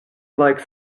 like